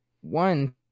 one